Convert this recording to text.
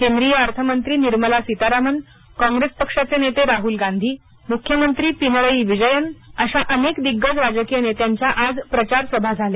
केंद्रीय अर्थमंत्री निर्मला सीतारमण कोन्ग्रेस पक्षाचे नेते राहूल गांधी मुख्यमंत्री पिनरयी विजयन अनेक दिग्गज राजकीय नेत्यांच्या आज प्रचार सभा झाल्या